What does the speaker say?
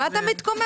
מה אתה מתקומם?